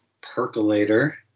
Percolator